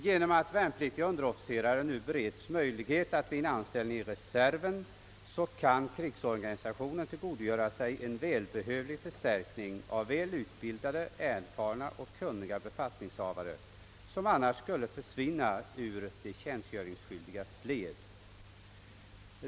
Genom att värnpliktiga underofficerare nu beredes möjlighet att vinna anställning i reserven kan krigsorganisationen tillgodogöra sig en välbehövlig förstärkning av väl utbildade, erfarna och kunniga befattningshavare, som annars skulle försvinna ur de tjänstgöringsskyldigas led.